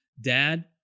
Dad